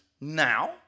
now